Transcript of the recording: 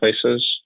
places